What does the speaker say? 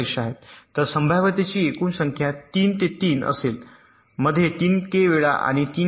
तर संभाव्यतेची एकूण संख्या 3 ते 3 असेल मध्ये 3 के वेळा 3 के